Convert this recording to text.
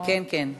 כן כן,